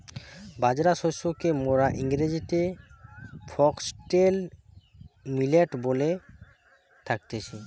বাজরা শস্যকে মোরা ইংরেজিতে ফক্সটেল মিলেট বলে থাকতেছি